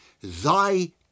thy